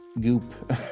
goop